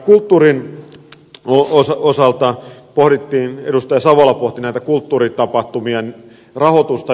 kulttuurin osalta edustaja savola pohti kulttuuritapahtumien rahoitusta